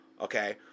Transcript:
Okay